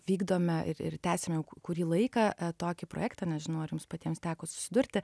vykdome ir ir tęsiame kurį laiką a tokį projektą nežinau ar jums patiems teko susidurti